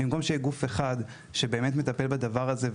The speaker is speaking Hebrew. במקום שיהיה גוף אחד שיטפל בדבר הזה?